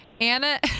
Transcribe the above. Anna